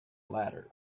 latter